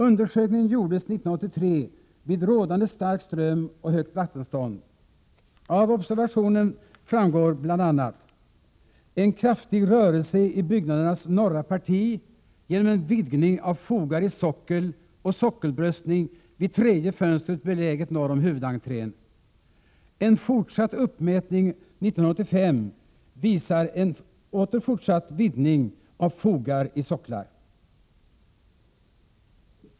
Undersökningen gjordes hösten 1983 vid rådande stark ström och högt vattenstånd. Av observationen framgår bl.a. att det var en kraftig rörelse i byggnadens norra parti genom en vidgning av fogar i sockel och sockelbröstning vid tredje fönstret beläget norr om huvudentrén. En fortsatt uppmätning under 1985 visar en forsatt vidgning av fogar i sockel.